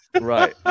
right